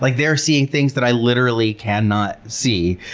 like they're seeing things that i literally cannot see.